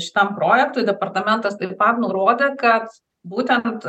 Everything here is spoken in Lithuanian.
šitam projektui departamentas taip pat nurodė kad būtent